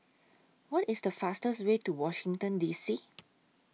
What IS The fastest Way to Washington D C